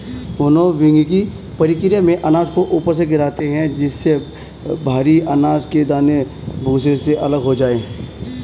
विनोविंगकी प्रकिया में अनाज को ऊपर से गिराते है जिससे भरी अनाज के दाने भूसे से अलग हो जाए